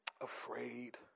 afraid